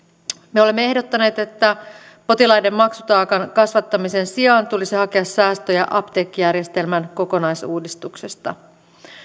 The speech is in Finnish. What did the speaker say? me olemme ehdottaneet että potilaiden maksutaakan kasvattamisen sijaan tulisi hakea säästöjä apteekkijärjestelmän kokonaisuudistuksesta